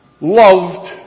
loved